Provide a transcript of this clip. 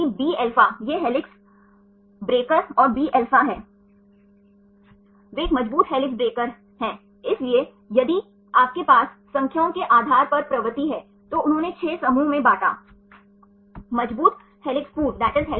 इसलिए अगर हम अलग अलग प्लेन्स में रोटेशन देखते हैं तो भी कुछ स्थानों पर रोटेशन की अनुमति है और कुछ मामलों में रोटेशन की अनुमति नहीं है